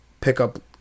pickup